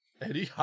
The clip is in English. Eddie